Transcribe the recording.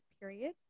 period